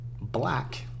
black